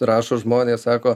rašo žmonės sako